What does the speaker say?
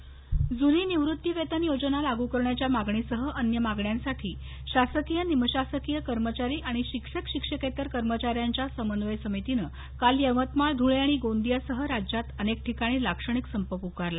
यवतमाळ जुनी निवृत्ती वेतन योजना लागू करण्याच्या मागणीसह अन्य मागण्यांसाठी शासकीय निमशासकीय कर्मचारी आणि शिक्षक शिक्षकेतर कर्मचा यांच्या समन्वय समितीनं काल यवतमाळ धुळे आणि गोंदियासह राज्यात अनेक ठिकाणी लाक्षणिक संप पुकारला